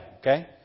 okay